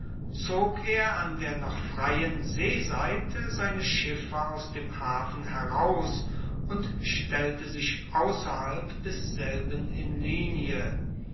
zog er an der noch freien seeseite seine schiffe aus dem hafen heraus und stellte sich ausserhalb desselben in linie